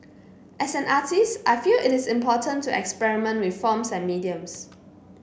as an artist I feel it is important to experiment with forms and mediums